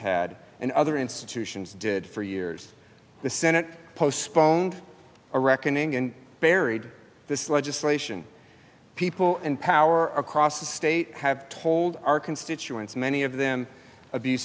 had and other institutions did for years the senate postponed a reckoning and buried this legislation people in power across the state have told our constituents many of them abuse